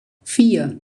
vier